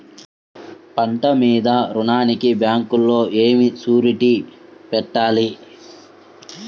పంట మీద రుణానికి బ్యాంకులో ఏమి షూరిటీ పెట్టాలి?